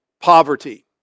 poverty